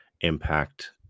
impact